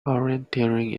orienteering